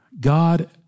God